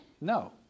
No